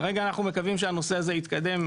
כרגע אנחנו מקווים שהנושא הזה יתקדם,